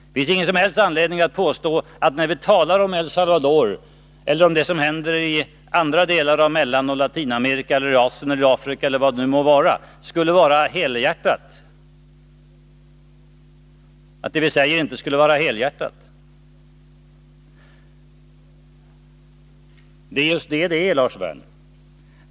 Det finns ingen som helst anledning att påstå att det vi säger, när vi talar om El Salvador eller om det som händer i andra delar i Mellanoch Latinamerika — eller i Afrika, Asien eller vad det nu må vara — inte skulle vara helhjärtat. Det är just detta det är, Lars Werner.